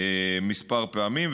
כמה פעמים.